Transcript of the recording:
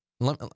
let